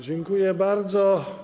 Dziękuję bardzo.